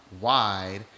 wide